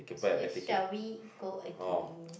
shall we go again